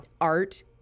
art